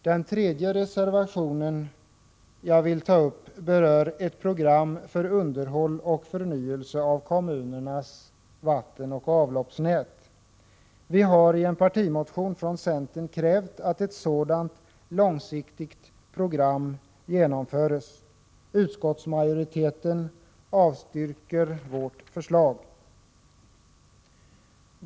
Den tredje reservation jag vill ta upp berör ett program för underhåll och förnyelse av kommunernas vattenoch avloppsnät. Vi har i en partimotion från centern krävt att ett sådant långsiktigt program genomförs. Utskottsmajoriteten avstyrker vårt förslag.